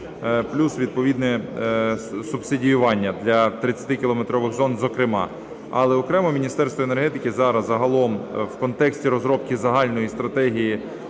плюс відповідне субсидіювання для 30-кілометрових зон, зокрема. Але окремо Міністерство енергетики зараз загалом в контексті розробки загальної стратегії